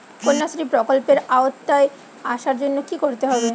কন্যাশ্রী প্রকল্পের আওতায় আসার জন্য কী করতে হবে?